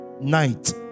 Night